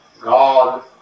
God